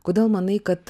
kodėl manai kad